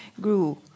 grew